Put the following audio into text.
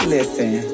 Listen